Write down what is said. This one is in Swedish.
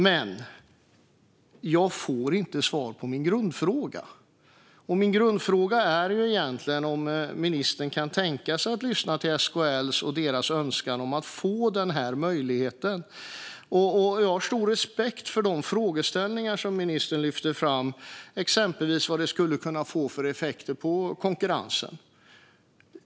Men jag får inte svar på min grundfråga: Kan ministern tänka sig att lyssna på SKL och deras önskan att få denna möjlighet? Jag har stor respekt för de frågeställningar ministern lyfter fram, exempelvis vad det skulle kunna få för effekter på konkurrensen.